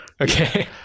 okay